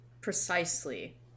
Precisely